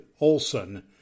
Olson